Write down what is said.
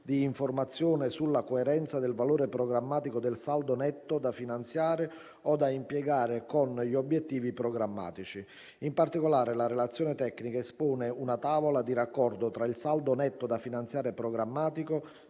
di informazione sulla coerenza del valore programmatico del saldo netto da finanziare o da impiegare con gli obiettivi programmatici. In particolare, la relazione tecnica espone una tavola di raccordo tra il saldo netto da finanziare programmatico